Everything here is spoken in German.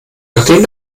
nachdem